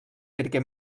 perquè